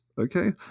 okay